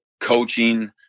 coaching